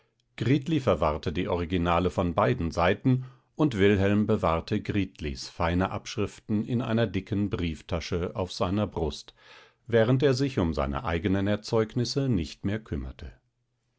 verwahrte die originale von beiden seiten und wilhelm bewahrte gritlis feine abschriften in einer dicken brieftasche auf seiner brust während er sich um seine eigenen erzeugnisse nicht mehr kümmerte